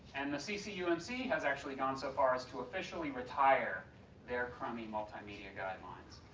and the ccumc has actually go and so far as to officially retire their crummy multimedia guidelines.